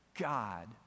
God